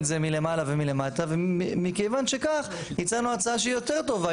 זה מלמעלה ומלמטה ומכיוון שכך הצענו הצעה שהיא יותר טובה,